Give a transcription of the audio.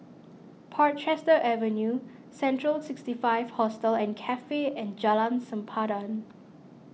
Portchester Avenue Central sixty five Hostel and Cafe and Jalan Sempadan